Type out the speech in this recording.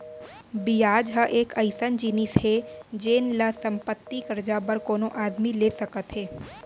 बियाज ह एक अइसन जिनिस हे जेन ल संपत्ति, करजा बर कोनो आदमी ले सकत हें